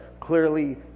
clearly